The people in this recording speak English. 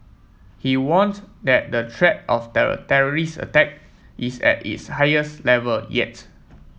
he warned that the threat of a terrorist attack is at its highest level yet